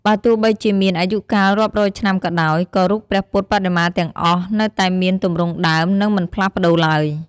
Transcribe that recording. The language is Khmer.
បើ់ទោះបីជាមានអាយុកាលរាប់រយឆ្នាំក៏ដោយ ក៏រូបព្រះពុទ្ធបដិមាទាំងអស់ នៅតែមានទម្រង់ដើម នឹងមិនផ្លាស់ប្តូរឡើយ ។